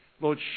Lord